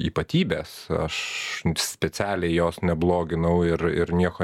ypatybės aš specialiai jos nebloginau ir ir nieko